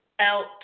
out